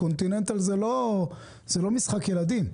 continental זה לא משחק ילדים.